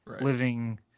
living